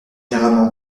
généralement